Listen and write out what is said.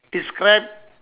describe